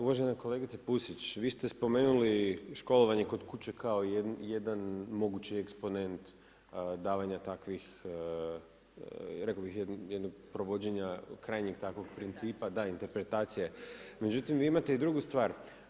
Uvažena kolegice Pusić, vi ste spomenuli školovanje kod kuće kao jedan mogući eksponent davanja takvih, rekao bih jednog provođenja krajnjeg takvog principa, da interpretacije, međutim vi imate i drugu stvar.